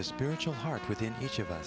the spiritual heart within each of us